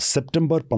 September